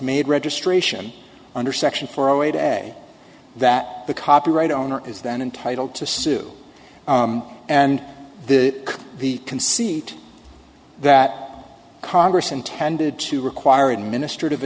made registration under section four a day that the copyright owner is then entitled to sue and the the conceit that congress intended to require administrative